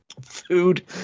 Food